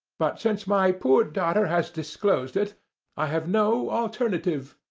but since my poor daughter has disclosed it i have no alternative.